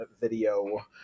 video